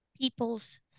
people's